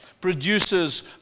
produces